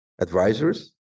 advisors